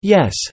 Yes